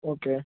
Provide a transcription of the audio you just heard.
okay